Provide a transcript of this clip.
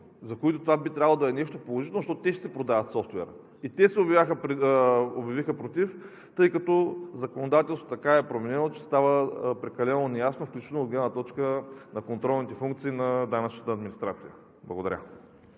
за които това би трябвало да е нещо положително, защото те ще си продават софтуера, и се обявиха против, тъй като законодателството така е променено, че става прекалено неясно, включително от гледна точка на контролните функции на данъчната администрация. Благодаря.